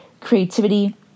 creativity